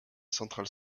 centrales